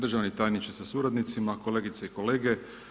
Državni tajniče sa suradnicima, kolegice i kolege.